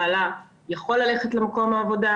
בעלה יכול ללכת למקום העבודה?